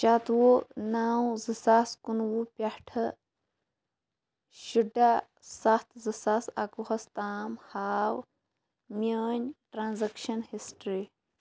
شَتہٕ وُہ نَو زٕ ساس کُنہٕ وُہ پٮ۪ٹھٕ شُراہ سَتھ زٕ ساس اَکہٕ وُہَس تام ہاو میٛٲنۍ ٹرٛانزَکشَن ہِسٹرٛی